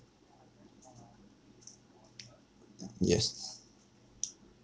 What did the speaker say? yes